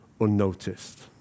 unnoticed